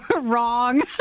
wrong